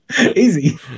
Easy